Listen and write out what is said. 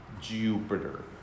Jupiter